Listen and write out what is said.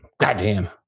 Goddamn